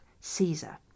Caesar